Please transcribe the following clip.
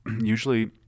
Usually